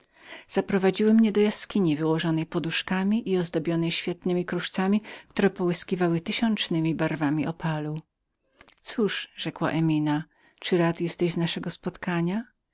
zaprowadziły mnie do jaskini ozdobionej węzgłowiami i wyłożonej świetnemi kruszcami połyskującemi tysiącznemi barwami opalu cóż rzekła emina czy rad jesteś z naszego spotkania